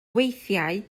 weithiau